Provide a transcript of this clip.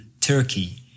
Turkey